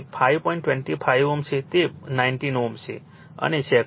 25 Ω છે તે 19 Ω છે અને સેકન્ડરી બાજુ તે 0